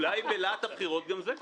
אולי בלהט הבחירות גם זה קורה...